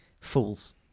Fools